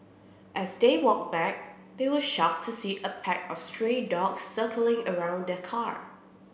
as they walked back they were shocked to see a pack of stray dogs circling around their car